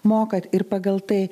mokat ir pagal tai